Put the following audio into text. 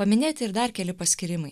paminėti ir dar keli paskyrimai